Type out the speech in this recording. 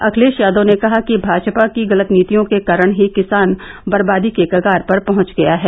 अखिलेष यादव ने कहा कि भाजपा की गलत नीतियों के कारण ही किसाना बर्बाद के कागार पर पहंच गया है